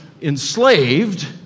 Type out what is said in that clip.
enslaved